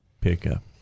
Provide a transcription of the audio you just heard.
pickup